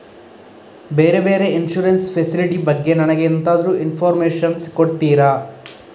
ಬೇರೆ ಬೇರೆ insurance facility ಬಗ್ಗೆ ನನಗೆ ಎಂತಾದ್ರೂ ಇನ್ಫೋರ್ಮೇಷನ್ ಕೊಡ್ತೀರಾ?